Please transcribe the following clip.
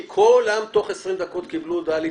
כולם תוך 20 דקות קיבלו הודעה להתייצב?